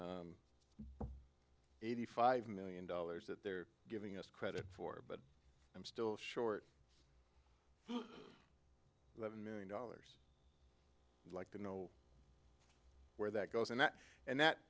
eighty five million dollars that they're giving us credit for but i'm still short eleven million dollars like to know where that goes and that and that